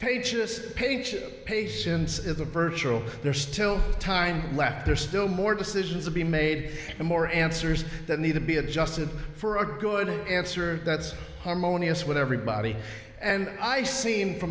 pages page patience is a virtual there's still time left there's still more decisions being made and more answers that need to be adjusted for a good answer that's harmonious with everybody and i see